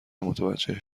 متوجه